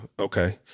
okay